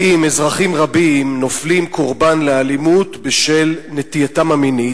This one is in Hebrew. אזרחים רבים נופלים קורבן לאלימות בשל נטייתם המינית,